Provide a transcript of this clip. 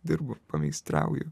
dirbu meistrauju